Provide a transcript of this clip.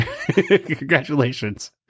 Congratulations